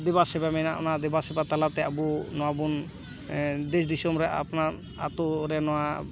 ᱫᱮᱵᱟ ᱥᱮᱵᱟ ᱢᱮᱱᱟᱜᱼᱟ ᱚᱱᱟ ᱫᱮᱵᱟ ᱥᱮᱵᱟ ᱛᱟᱞᱟ ᱛᱮ ᱟᱵᱚ ᱱᱚᱣᱟ ᱵᱚᱱ ᱫᱮᱥ ᱫᱤᱥᱚᱢ ᱨᱮ ᱟᱯᱱᱟᱨ ᱟᱛᱳ ᱨᱮ ᱱᱚᱣᱟ